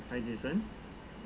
hi jason